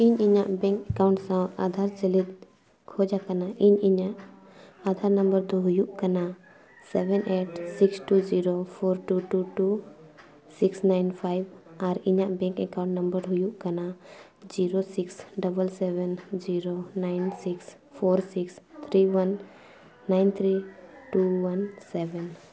ᱤᱧ ᱤᱧᱟᱹᱜ bank account ᱥᱟᱶ ᱟᱫᱷᱟᱨ ᱥᱮᱞᱮᱫ ᱠᱷᱚᱡᱽ ᱠᱟᱱᱟ ᱤᱧ ᱤᱧᱟᱹᱜ ᱟᱫᱷᱟᱨ ᱱᱟᱢᱵᱟᱨ ᱫᱚ ᱦᱩᱭᱩᱜ ᱠᱟᱱᱟ seven eight six two zero four two two two six nine five ᱟᱨ ᱤᱧᱟᱹᱜ ᱵᱮᱝᱠ ᱮᱠᱟᱣᱩᱱᱴ ᱱᱟᱢᱵᱟᱨ ᱦᱩᱭᱩᱜ ᱠᱟᱱᱟ zero six double seven zero nine six four six three one nine three two one seven